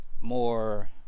more